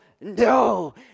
No